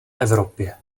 evropě